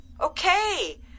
Okay